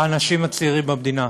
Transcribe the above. האנשים הצעירים במדינה.